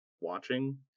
watching